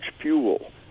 fuel